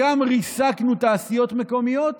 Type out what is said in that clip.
גם ריסקנו תעשיות מקומיות